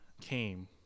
came